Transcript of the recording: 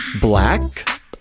Black